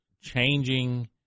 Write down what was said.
changing